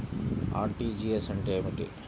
RTGS అంటే ఏమిటి?